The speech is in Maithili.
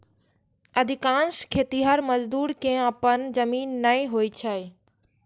अधिकांश खेतिहर मजदूर कें अपन जमीन नै होइ छै